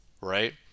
right